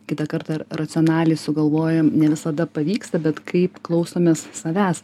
kitą kartą racionaliai sugalvojam ne visada pavyksta bet kaip klausomės savęs